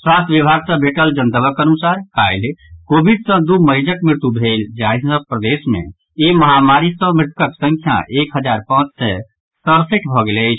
स्वास्थ्य विभाग सँ भेटल जनतबक अनुसार काल्हि कोविड सँ दू मरीजक मृत्यु भेल जाहि सँ प्रदेश मे ई महामारी सँ मृतकक संख्या एक हजार पांच सय सड़सठि भऽ गेल अछि